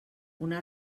una